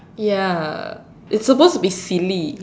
ya it's supposed to be silly